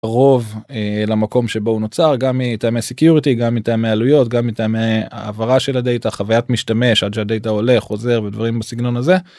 רוב אה.. למקום שבו הוא נוצר גם מטעמי סקיורטי, גם מטעמי עלויות, גם מטעמי העברה של הדאטא, חוויית משתמש עד שהדאטא הולך חוזר ודברים בסגנון הזה.